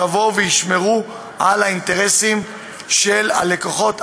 שיבואו וישמרו על האינטרסים של הלקוחות,